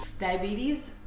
Diabetes